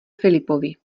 filipovi